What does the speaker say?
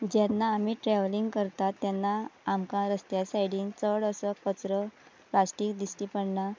जेन्ना आमी ट्रेवलींग करतात तेन्ना आमकां रस्त्या सायडीन चड असो कचरो प्लास्टीक दिश्टी पडना